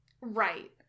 Right